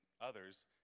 others